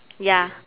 ya